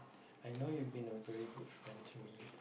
I know you've been a very good friend to me